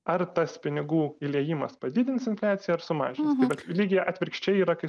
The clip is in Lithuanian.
ar tas pinigų įliejimas padidins infliaciją ar sumažins bet lygiai atvirkščiai yra kai